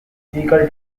schlegel